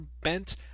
bent